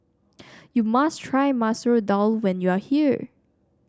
you must try Masoor Dal when you are here